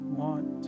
want